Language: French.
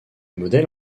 modèle